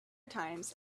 times